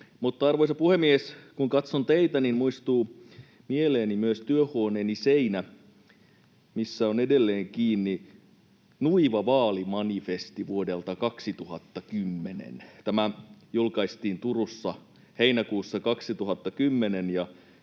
Arvoisa puhemies! Kun katson teitä, niin muistuu mieleeni myös työhuoneeni seinä, missä on edelleen kiinni Nuiva Vaalimanifesti vuodelta 2010. Tämä julkaistiin Turussa heinäkuussa 2010,